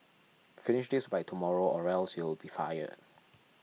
finish this by tomorrow or else you'll be fired